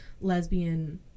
lesbian